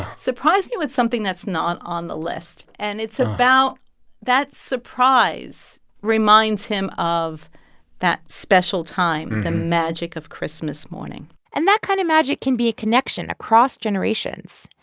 surprise me with something that's not on the list. and it's about that surprise reminds him of that special time, the magic of christmas morning and that kind of magic can be a connection across generations,